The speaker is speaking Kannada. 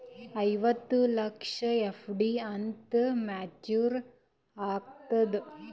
ಐವತ್ತು ಲಕ್ಷದ ಎಫ್.ಡಿ ಎಂದ ಮೇಚುರ್ ಆಗತದ?